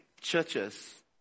churches